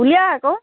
উলিয়া আকৌ